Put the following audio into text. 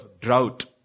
drought